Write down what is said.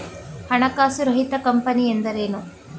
ಹಣಕಾಸು ರಹಿತ ಕಂಪನಿ ಎಂದರೇನು?